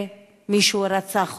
מישהו רצח אותה.